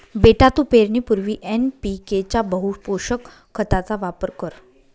बेटा तू पेरणीपूर्वी एन.पी.के च्या बहुपोषक खताचा वापर कर